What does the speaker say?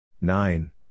nine